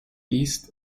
east